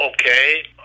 Okay